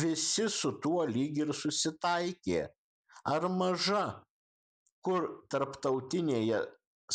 visi su tuo lyg ir susitaikė ar maža kur tarptautinėje